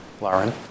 Lauren